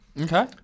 Okay